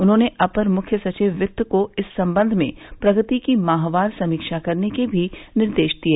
उन्होंने अपर मुख्य सचिव वित्त को इस संबंध में प्रगति की माहवार समीक्षा करने के भी निर्देश दिए